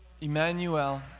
Emmanuel